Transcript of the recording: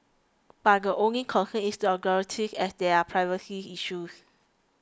but the only concern is the authorities as there are privacy issues